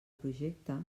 projecte